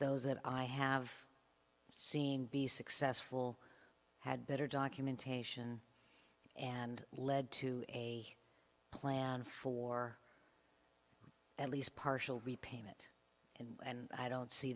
those that i have seen be successful had better documentation and lead to a plan for at least partial repayment and i don't see